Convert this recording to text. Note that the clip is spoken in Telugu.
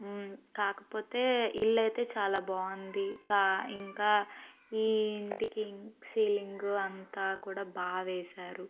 కాకపోతే ఇల్లయితే చాలా బాగుంది కా ఇంకా ఈ ఇంటికి సీలింగ్ అంతా కూడా బాగా వేశారు